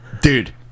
Dude